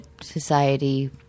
society